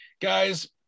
guys